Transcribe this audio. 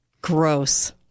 Gross